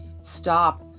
stop